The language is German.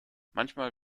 manchmal